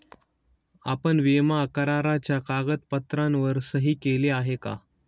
आपण विमा कराराच्या कागदपत्रांवर सही केली आहे का?